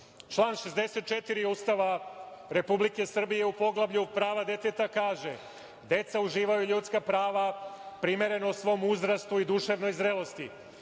64. Ustava Republike Srbije u poglavlju prava deteta kaže: „Deca uživaju ljudska prava primereno svom uzrastu i duševnoj zrelosti.